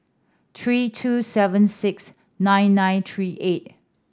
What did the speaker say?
three two seven six nine nine three eight